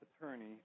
attorney